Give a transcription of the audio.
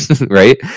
right